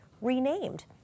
renamed